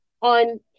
on